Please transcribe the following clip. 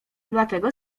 dlatego